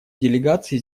делегации